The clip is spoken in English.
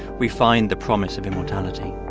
we find the promise of immortality